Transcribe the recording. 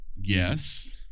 Yes